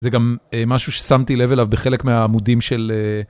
זה גם משהו ששמתי לב אליו בחלק מהעמודים של...